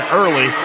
early